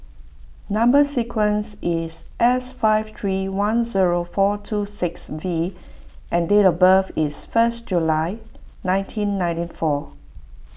Number Sequence is S five three one zero four two six V and date of birth is first January nineteen ninety four